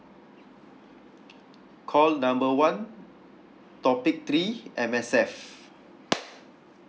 call number one topic three M_S_F